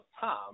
Tom